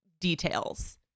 details